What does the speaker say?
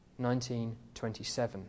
1927